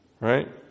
right